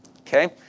Okay